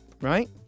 right